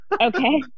Okay